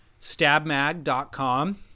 stabmag.com